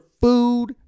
food